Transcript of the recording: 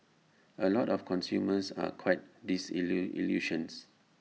A lot of consumers are quite illusions